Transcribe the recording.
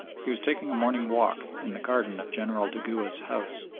he was taking a morning walk in the garden of general dugua's house,